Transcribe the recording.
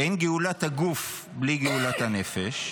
כי אין גאולת הגוף בלי גאולת הנפש,